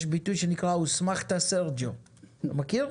יש ביטוי שנקרא הוסמכת סרג'יו, מכיר?